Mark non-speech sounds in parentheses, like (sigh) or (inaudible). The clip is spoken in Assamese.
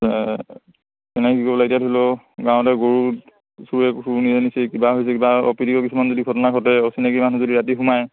তেনেকৈ গ'লে এতিয়া ধৰি ল গাঁৱতে গৰু চুৰে (unintelligible) নিছে কিবা হৈছে বা অপ্ৰীতিকৰ কিছুমান যদি ঘটনা ঘটে অচিনাকি মানুহ যদি ৰাতি সোমায়